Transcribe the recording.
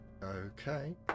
Okay